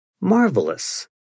Marvelous